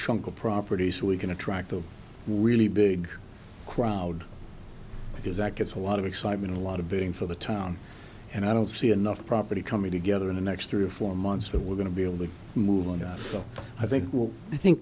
chunk of property so we can attract the really big crowd because that gets a lot of excitement a lot of being for the town and i don't see enough property coming together in the next three or four months that we're going to be able to move on so i think well i think